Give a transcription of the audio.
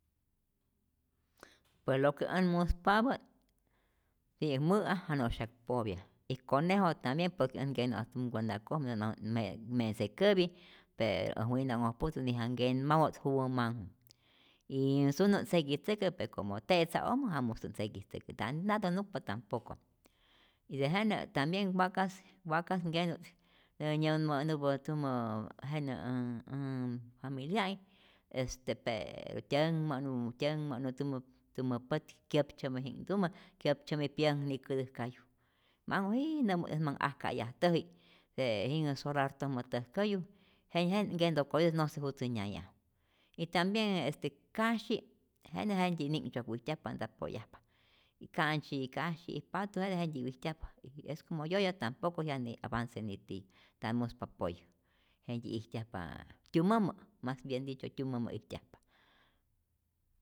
Pues lo que ät muspapä't, ti'yäk mä'a janu'syak popya y conejo tambien por que ät nkenu'at tumkonyakojmä, nä't manhutä't me' me'tze käpi, p äj wi'nanhoj pujtu nija nkenmawä't juwä manhu y sunu't seguitzäkä pe como te'tza'ojmä ja musä't seguitzäkä, tambien ntatä nukpa tampoco y tejenä tambien wakas wakas nkenu't nä nyämä'nupä tumä jenä ä ä familia'i, este p tyänhmä'nu tyänhmä'nu tumä tumä pät kyäptzyämiji'nhtumä kyäptzyämi pyaknikätäjkayu, manhu jiii nämut ät ma'nh ajka'yajtäji, p jinhä solartojmä täjkäyu, je jenä nkentokoyutä no se jutzä nyayaju y tambien este kasyi jetej jentyi ni'ktzyok wijtyajpa nta poyajpa, ka'ntzyi, kasyi y patu jetej jentyi wijtyajpa, es como yoya tampoco jya nä'itä avance nitiyä nta muspa poyä, jentyi ijtyajpa tyumämä mas bien dicho tyumämä ijtyajpa.